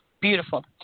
Beautiful